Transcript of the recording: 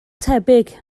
tebyg